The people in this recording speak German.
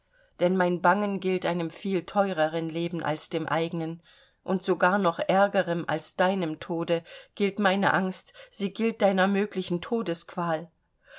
denn mein bangen gilt einem viel teureren leben als dem eigenen und sogar noch ärgerem als deinem tode gilt meine angst sie gilt deiner möglichen